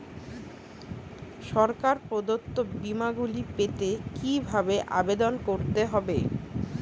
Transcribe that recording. সরকার প্রদত্ত বিমা গুলি পেতে কিভাবে আবেদন করতে হবে?